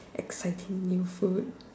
exciting new food